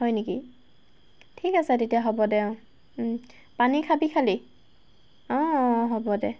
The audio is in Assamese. হয় নেকি ঠিক আছে তেতিয়া হ'ব দে অঁ পানী খাবি খালি অঁ অঁ হ'ব দে